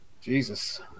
Jesus